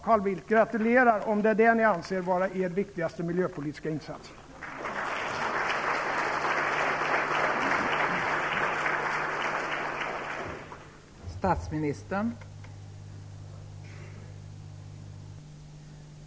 Är det detta, Carl Bildt, som ni anser vara er viktigaste miljöpolitiska insats? I så fall kan jag bara gratulera.